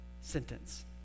sentence